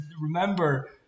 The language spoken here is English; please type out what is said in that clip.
remember